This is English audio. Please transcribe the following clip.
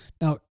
Now